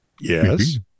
Yes